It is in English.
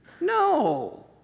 No